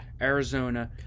Arizona